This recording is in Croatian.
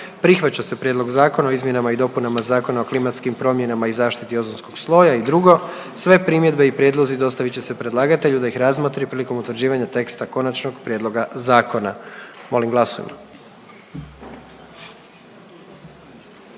Prihvaća se Prijedlog Zakona o dostavi sudskih pismena; i 2. Sve primjedbe i prijedlozi dostavit će se predlagatelju da ih razmotri prilikom utvrđivanja teksta konačnog prijedloga zakona. Molim glasujmo.